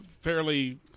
fairly